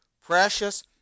precious